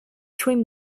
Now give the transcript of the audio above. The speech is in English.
trim